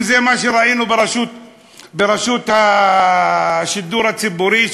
אם זה מה שראינו ברשות השידור הציבורי,